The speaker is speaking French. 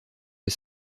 des